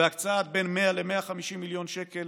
והקצאת בין 100 ל-150 מיליון שקל